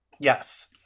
Yes